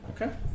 Okay